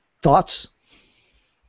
thoughts